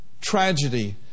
Tragedy